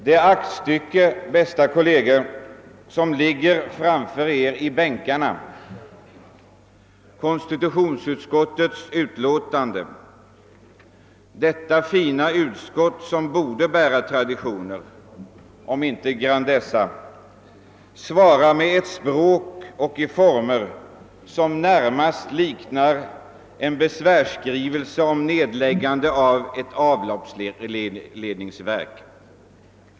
Det aktstycke, bästa kolleger, som ligger framför er i bänkarna — utlåtande nr 18 från konstitutionsutskottet, detta fina utskott som borde vara en bärare av traditioner om det också inte besitter grandezza — svarar med ett språk och i former som närmast liknar en besvärsskrivelse om anläggande av ett avloppsreningsverk.